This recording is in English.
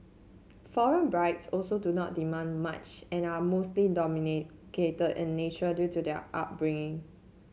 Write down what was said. foreign brides also do not demand much and are mostly in nature due to their upbringing